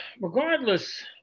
regardless